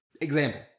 example